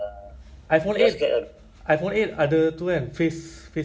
iphone eight iphone eight ada tu kan face face I_D kan